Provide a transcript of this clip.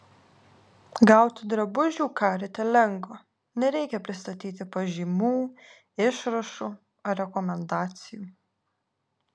gauti drabužių carite lengva nereikia pristatyti pažymų išrašų ar rekomendacijų